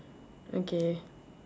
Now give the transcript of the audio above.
okay